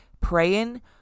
praying